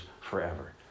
forever